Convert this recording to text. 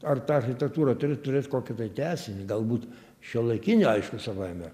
ar ta architektūra turi turėt kokį tai tęsinį galbūt šiuolaikinį aišku savaime